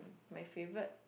my favourite